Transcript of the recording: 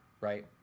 right